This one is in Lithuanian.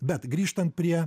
bet grįžtant prie